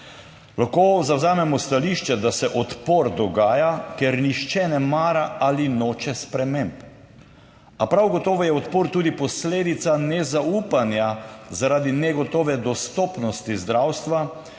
Lahko zavzamemo stališče, da se odpor dogaja, ker nihče ne mara ali noče sprememb, a prav gotovo je odpor tudi posledica nezaupanja zaradi negotove dostopnosti zdravstva,